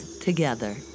together